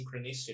synchronicity